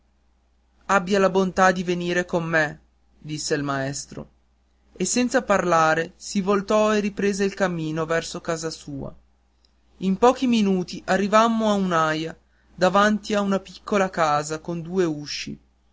abbiate la bontà di venir con me disse il maestro e senza parlare si voltò e riprese il cammino verso casa sua in pochi minuti arrivammo a un'aia davanti a una piccola casa con due usci